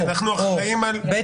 כי אנחנו אחראים על --- אוה אוה אוה,